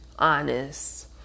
Honest